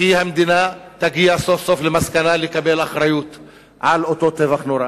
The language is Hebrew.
כי המדינה תגיע סוף-סוף למסקנה לקבל אחריות על אותו טבח נורא.